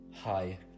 Hi